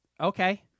Okay